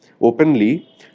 openly